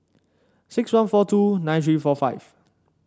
six one four two nine three four five